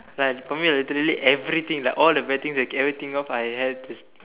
like for me a literally everything like all the bad things that everything all I have is